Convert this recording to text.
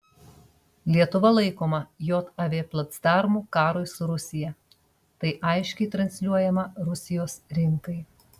lietuva laikoma jav placdarmu karui su rusija tai aiškiai transliuojama rusijos rinkai